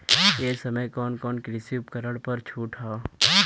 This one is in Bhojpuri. ए समय कवन कवन कृषि उपकरण पर छूट ह?